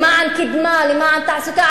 למען קדמה, למען תעסוקה.